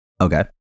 Okay